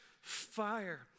fire